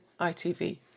ITV